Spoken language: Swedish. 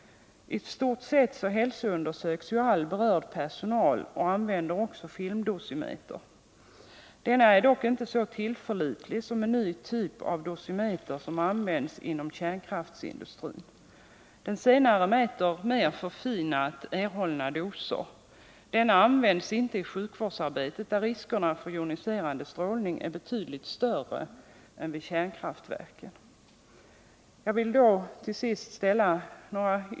I stort sett hälsoundersöks all berörd personal och man använder också filmdosimeter. Denna är dock inte så tillförlitlig som en ny typ av dosimeter som används inom kärnkraftsindustrin. Den senare mäter mer förfinat erhållna doser. Denna används dock inte i sjukvårdsarbetet, där riskerna för joniserande strålning är betydligt större än vid kärnkraftverken.